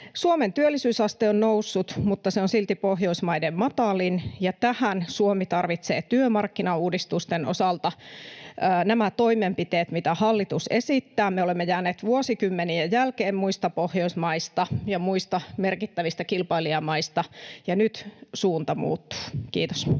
Suomen työllisyysaste on noussut, mutta se on silti Pohjoismaiden matalin, ja tähän Suomi tarvitsee työmarkkinauudistusten osalta nämä toimenpiteet, mitä hallitus esittää. Me olemme jääneet vuosikymmeniä jälkeen muista Pohjoismaista ja muista merkittävistä kilpailijamaista, ja nyt suunta muuttuu. — Kiitos.